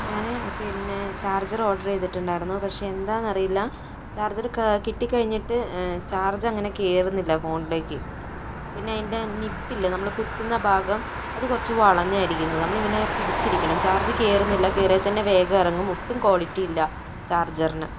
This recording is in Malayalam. ഞാൻ പിന്നെ ചാർജർ ഓർഡർ ചെയ്തിട്ടുണ്ടായിരുന്നു പക്ഷേ എന്താണെന്നറിയില്ല ചാർജർ കിട്ടിക്കഴിഞ്ഞിട്ട് ചാർജ് അങ്ങനെ കയറുന്നില്ല ഫോണിലേക്ക് പിന്നെ അതിൻ്റെ നിപ്പില്ലെ നമ്മള് കുത്തുന്ന ഭാഗം അത് കുറച്ച് വളഞ്ഞാണ് ഇരിക്കുന്നത് നമ്മളിങ്ങനെ പിടിച്ചിരിക്കണം ചാർജ് കയറുന്നില്ല കയറിയാൽ തന്നെ വേഗം ഇറങ്ങും ഒട്ടും ക്വാളിറ്റിയില്ല ചാർജറിന്